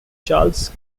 charles